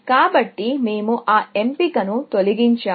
కాబట్టి మేము ఆ ఎంపికను తొలగించాము